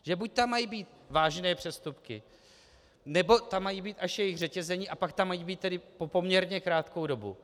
Že buď tam mají být vážné přestupky, nebo tam mají být až jejich řetězení, a pak tam mají být po poměrně krátkou dobu.